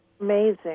amazing